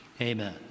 amen